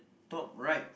top right